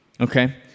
Okay